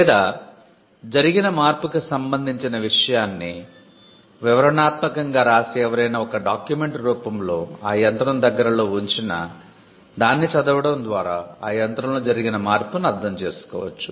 లేదా జరిగిన మార్పుకి సంబంధించిన విషయాన్ని వివరణాత్మకంగా రాసి ఎవరైనా ఒక డాక్యుమెంట్ రూపంలో ఆ యంత్రం దగ్గరలో ఉంచినా దాన్ని చదవడం ద్వారా ఆ యంత్రం లో జరిగిన మార్పును అర్ధం చేసుకోవచ్చు